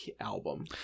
album